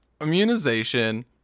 Immunization